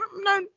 no